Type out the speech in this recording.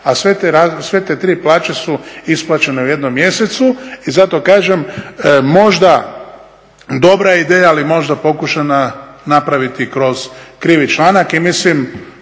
a sve te tri plaće su isplaćene u jednom mjesecu. I zato kažem, možda dobra je ideja, ali možda pokušana napraviti kroz krivi članak. I mislim,